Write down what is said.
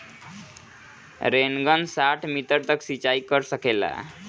Rain gun साठ metre तक सिचाई कर सकेला का?